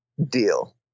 Deal